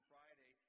Friday